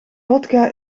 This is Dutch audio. wodka